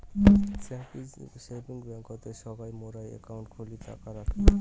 savings ব্যাংকতে সগই মুইরা একাউন্ট খুলে টাকা রাখি